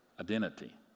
identity